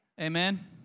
Amen